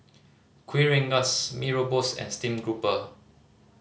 Kuih Rengas Mee Rebus and stream grouper